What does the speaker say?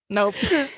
Nope